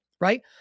Right